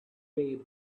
way